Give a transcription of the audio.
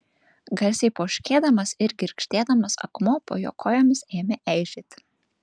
garsiai poškėdamas ir girgždėdamas akmuo po jo kojomis ėmė eižėti